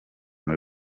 muri